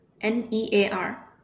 N-E-A-R